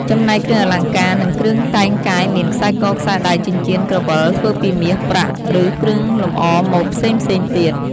ចំណែកគ្រឿងអលង្ការ និងគ្រឿងតែងកាយមាន ខ្សែក ខ្សែដៃ ចិញ្ចៀន ក្រវិល ធ្វើពីមាស ប្រាក់ ឬគ្រឿងលម្អម៉ូតផ្សេងៗទៀត។